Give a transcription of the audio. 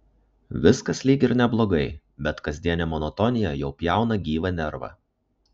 viskas lyg ir neblogai bet kasdienė monotonija jau pjauna gyvą nervą